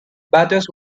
batters